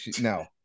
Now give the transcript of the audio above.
no